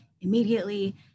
immediately